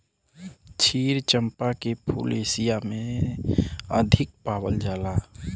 क्षीर चंपा के फूल एशिया में अधिक पावल जाला